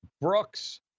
Brooks